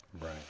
Right